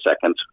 seconds